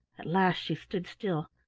at last she stood still,